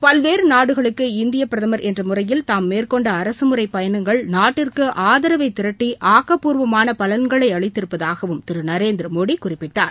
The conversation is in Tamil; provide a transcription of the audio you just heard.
பல்வேறுநாடுகளுக்கு இந்தியபிரதமர் என்றமுறையில் தாம் மேற்கொண்டஅரசமுறைபயணங்கள் நாட்டிற்கு ஆதரவைதிரட்டி ஆக்கப்பூர்வமான பலன்களை அளித்திருப்பதாகவும் திருநரேந்திரமோடிகுறிப்பிட்டார்